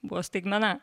buvo staigmena